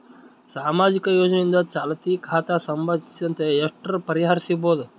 ಸಾಮಾಜಿಕ ಯೋಜನೆಯಿಂದ ಚಾಲತಿ ಖಾತಾ ಸಂಬಂಧಿಸಿದಂತೆ ಎಷ್ಟು ಪರಿಹಾರ ಸಿಗಬಹುದು?